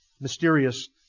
mysterious